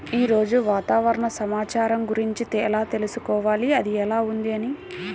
ఈరోజు వాతావరణ సమాచారం గురించి ఎలా తెలుసుకోవాలి అది ఎలా ఉంది అని?